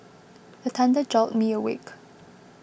the thunder jolt me awake